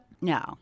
No